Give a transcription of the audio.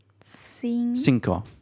cinco